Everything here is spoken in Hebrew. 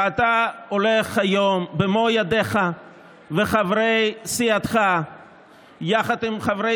ואתה הולך היום במו ידיך וחברי סיעתך עם חברי